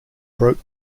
broke